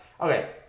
Okay